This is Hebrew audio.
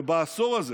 ובעשור הזה